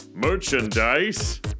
merchandise